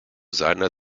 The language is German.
seiner